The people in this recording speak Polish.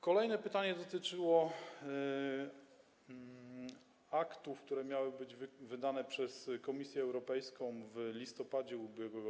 Kolejne pytanie dotyczyło aktów, które miały być wydane przez Komisję Europejską w listopadzie ub.r.